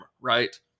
right